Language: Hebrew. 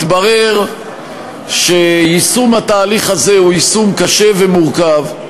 מתברר שיישום התהליך הזה הוא יישום קשה ומורכב,